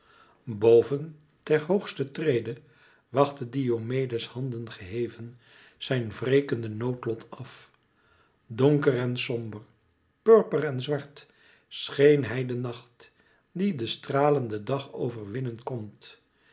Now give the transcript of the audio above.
boven ter hoogste trede wachtte diomedes handen geheven zijn wrekende noodlot af donker en somber purper en zwart scheen hij de nacht die de stralende dag overwinnen komt